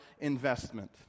investment